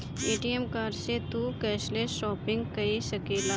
ATM card से तू cashless shopping कई सकेला